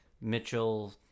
Mitchell